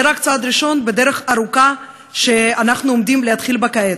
זה רק צעד ראשון בדרך ארוכה שאנחנו עומדים להתחיל בה כעת,